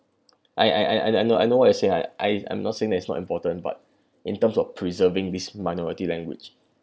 I I I I know I know what you say lah I I'm not saying that it's not important but in terms of preserving this minority language